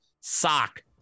sock